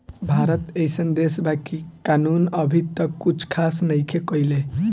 भारत एइसन देश बा इ कानून अभी तक कुछ खास नईखे कईले